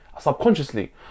subconsciously